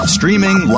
Streaming